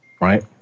Right